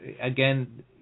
again